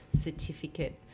certificate